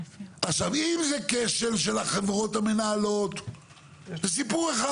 אם זה כשל של החברות המנהלות זה סיפור אחד.